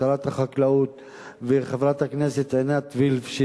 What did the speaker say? שרת החקלאות וחברת הכנסת עינת וילף,